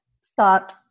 start